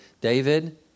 david